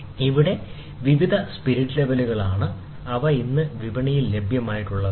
ഇവ വിവിധ സ്പിരിറ്റ് ലെവലുകൾ ആണ് അവ ഇന്ന് വിപണിയിൽ ലഭ്യമാണ്